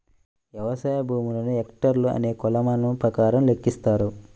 వ్యవసాయ భూములను హెక్టార్లు అనే కొలమానం ప్రకారం లెక్కిస్తారు